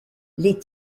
les